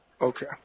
Okay